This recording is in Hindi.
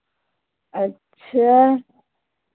अच्छा